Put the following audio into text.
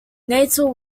natal